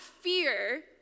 fear